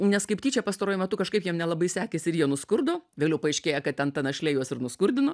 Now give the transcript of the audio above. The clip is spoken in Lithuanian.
nes kaip tyčia pastaruoju metu kažkaip jam nelabai sekės ir jie nuskurdo vėliau paaiškėja kad ten ta našlė juos ir nuskurdino